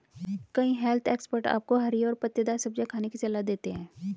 कई health expert आपको हरी और पत्तेदार सब्जियां खाने की सलाह देते हैं